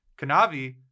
Kanavi